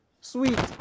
sweet